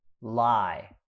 lie